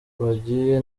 bagiye